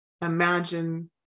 Imagine